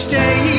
Stay